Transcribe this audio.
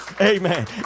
Amen